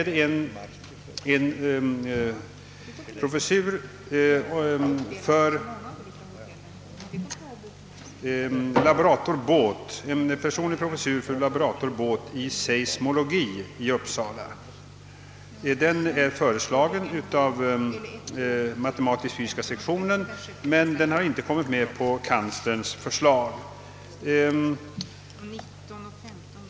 Det gäller bl.a. en personlig professur för laborator Båth i seismologi i Uppsala. Professuren har föreslagits av matematisk-fysiska sektionen i Uppsala men har inte kommit med i kanslerns förslag.